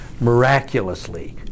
miraculously